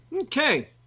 Okay